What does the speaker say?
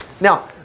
Now